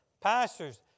pastors